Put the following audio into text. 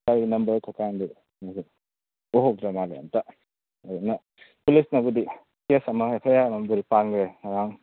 ꯒꯥꯔꯤ ꯅꯝꯕꯔ ꯀꯩꯀꯥꯡꯗꯤ ꯎꯍꯧꯗ꯭ꯔ ꯃꯥꯜꯂꯦ ꯑꯝꯇ ꯑꯗꯨꯅ ꯄꯨꯂꯤꯁꯅꯕꯨꯗꯤ ꯀꯦꯁ ꯑꯃ ꯑꯦꯐ ꯑꯥꯏ ꯑꯥꯔ ꯑꯃꯕꯨꯗꯤ ꯄꯥꯟꯈ꯭ꯔꯦ ꯉꯔꯥꯡ